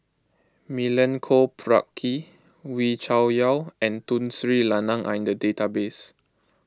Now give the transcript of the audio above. Milenko Prvacki Wee Cho Yaw and Tun Sri Lanang are in the database